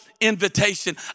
invitation